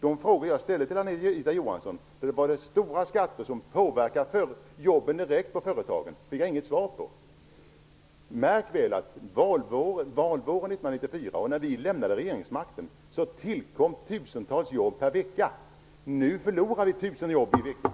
De frågor som jag ställde till Anita Johansson om det var stora skatter som påverkade jobben direkt på företagen fick jag inget svar på. Märk väl att valvåren 1994 och när vi lämnade regeringsmakten tillkom tusentals jobb per vecka. Nu förlorar vi tusen jobb i veckan.